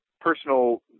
personal